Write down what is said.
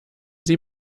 sie